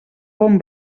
bon